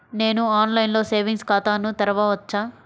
నేను ఆన్లైన్లో సేవింగ్స్ ఖాతాను తెరవవచ్చా?